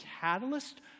catalyst